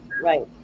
right